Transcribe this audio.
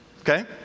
Okay